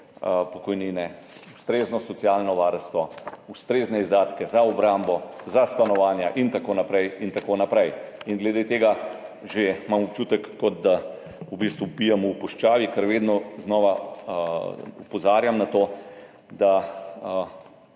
pokojnine, ustrezno socialno varstvo, ustrezne izdatke za obrambo, za stanovanja in tako naprej in tako naprej. In glede tega imam že občutek, da v bistvu vpijem v puščavi, ker vedno znova opozarjam na to, da